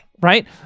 right